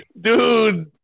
Dude